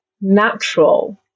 natural